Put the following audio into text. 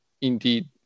indeed